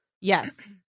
Yes